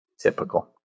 Typical